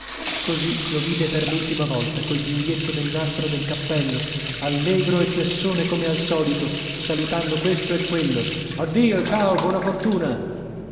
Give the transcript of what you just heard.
così lo vide per lultima volta col biglietto nel nastro del cappello allegro e chiassone come al solito salutando questo e quello addio ciao buona fortuna